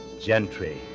Gentry